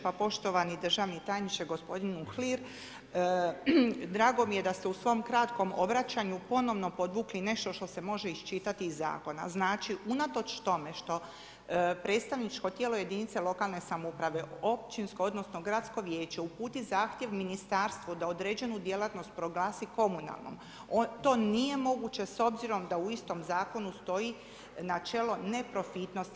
Pa poštovani državni tajniče, gospodine Uhlir drago mi je da ste u svom kratkom obraćanju ponovno podvukli nešto što se može iščitati iz zakona, a znači unatoč tome što predstavničko tijelo jedinice lokalne samouprave općinsko, odnosno gradsko vijeće uputi zahtjev ministarstvu da određenu djelatnost proglasi komunalnom to nije moguće s obzirom da u istom zakonu stoji načelo neprofitnosti.